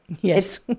Yes